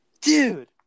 dude